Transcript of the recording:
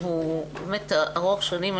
שהוא ארוך שנים.